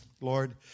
Lord